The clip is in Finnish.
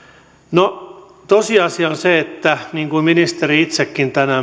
no tosiasia on se niin kuin ministeri itsekin